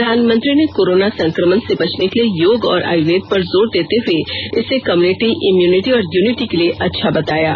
प्रधानमंत्री ने कोरोना संकमण से बचने के लिए योग और आर्य्वेद पर जोर देते हए इसे कम्यूनिटी इम्यूनिटी और यूनिटी के लिए अच्छा बताया है